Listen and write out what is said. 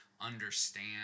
understand